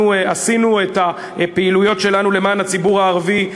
אנחנו עשינו את הפעילויות שלנו למען הציבור הערבי,